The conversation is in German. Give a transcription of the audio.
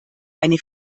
eine